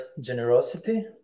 generosity